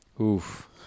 Oof